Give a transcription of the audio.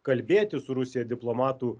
kalbėtis su rusija diplomatų